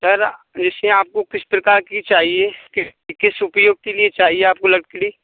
sir वैसे आपको किस प्रकार की चाहिए किस किस उपयोग के लिए चाहिए आपको लकड़ी